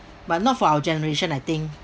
but not for our generation I think